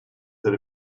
that